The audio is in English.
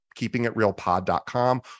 keepingitrealpod.com